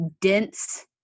dense